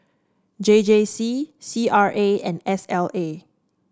J J C C R A and S L A